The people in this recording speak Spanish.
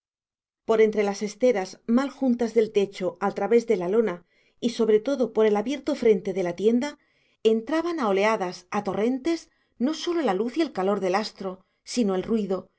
por entre las esteras mal juntas del techo al través de la lona y sobre todo por el abierto frente de la tienda entraban a oleadas a torrentes no sólo la luz y el calor del astro sino el ruido